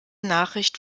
nachricht